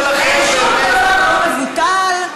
שום דבר לא מבוטל,